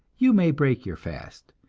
you may break your fast,